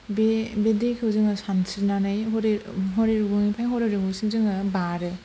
बे बे दैखौ जोङो सानस्रिनानै हरै हरै रुगुंनिफ्राय हरै रुगुंसिम जोङो बारो